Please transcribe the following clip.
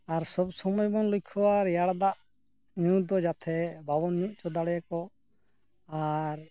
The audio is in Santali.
ᱟᱨ ᱥᱚᱵ ᱥᱚᱢᱚᱭ ᱵᱚᱱ ᱞᱚᱠᱠᱷᱚᱭᱟ ᱨᱮᱭᱟᱲ ᱫᱟᱜ ᱧᱩ ᱫᱚ ᱡᱟᱛᱮ ᱵᱟᱵᱚᱱ ᱧᱩ ᱦᱚᱪᱚ ᱫᱟᱲᱮᱭᱟᱠᱚ ᱟᱨ